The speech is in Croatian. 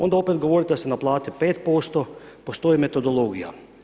Onda opet govorite da se naplate 5%, postoji metodologija.